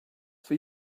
for